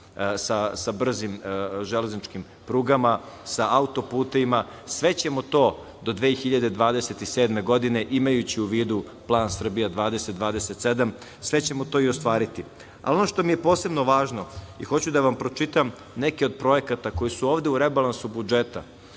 sa brzim železničkim prugama, sa autoputevima, sve ćemo to do 2027. godine, imajući u vidu plan „Srbija 2027“, sve ćemo to i ostvariti. Ono što mi je posebno važno i hoću da vam pročitam neke od projekata koji su ovde u rebalansu budžeta,